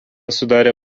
sudarė